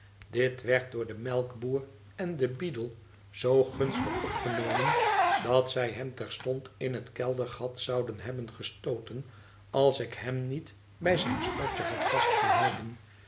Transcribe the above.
dit werd door den melkboer en den b e ad ie zoo gunstig opgenomen dat zij hem terstond in het keldergat zouden hebben gestooten als ik hem niet bij zijn schortje had vastgehouden